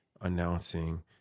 announcing